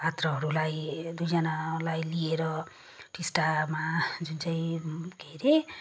हाम्रो पात्रहरूलाई दुईजनालाई लिएर टिस्टामा जुन चाहिँ के अरे